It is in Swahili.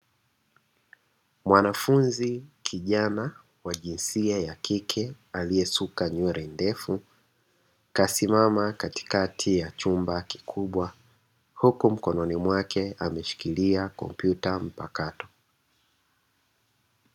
Mwanafunzi kijana wa jinsia ya kike aliyesuka nywele ndefu kasimama katikati ya chumba kikubwa huku mkononi mwake ameshikilia kompyuta mpakato.